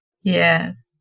Yes